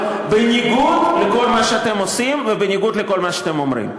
בניגוד לכל מה שאתם עושים ובניגוד לכל מה שאתם אומרים.